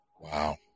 Wow